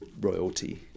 royalty